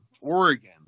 Oregon